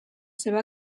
seva